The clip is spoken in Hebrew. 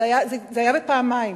זה היה בפעמיים.